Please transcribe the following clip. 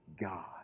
God